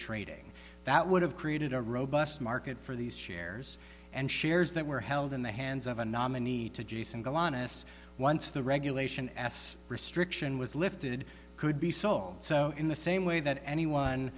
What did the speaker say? trading that would have created a robust market for these shares and shares that were held in the hands of a nominee to jesus and colonists once the regulation s restriction was lifted could be sold so in the same way that anyone